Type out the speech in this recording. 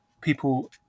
People